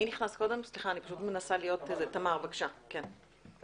שתי